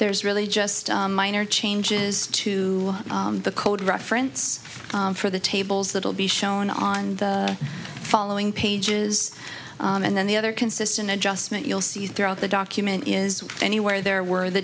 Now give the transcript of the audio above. there's really just minor changes to the code reference for the tables that will be shown on the following pages and then the other consistent adjustment you'll see throughout the document is anywhere there were the